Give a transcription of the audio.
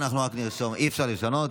לפרוטוקול אנחנו רק נרשום, אי-אפשר לשנות,